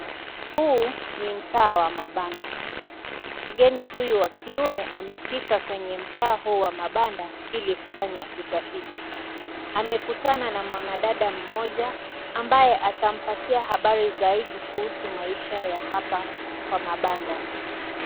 Huu ni mtaa wa mabanda. Mgeni huyu wa kiume amefika kwenye mtaa huu wa mabanda ili kufanya utafiti. Amekutana na mwanadada mmoja ambaye atampatia habari zaidi kuhusu maisha ya hapa kwa mabanda.